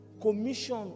commission